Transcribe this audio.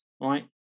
right